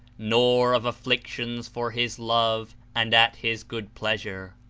nor of afflictions for his love and at his good pleasure.